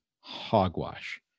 hogwash